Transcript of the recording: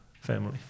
family